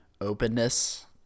openness